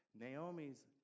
Naomi's